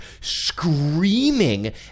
screaming